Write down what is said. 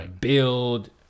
build